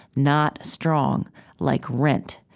not strong like rent,